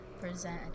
present